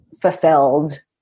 fulfilled